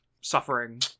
Suffering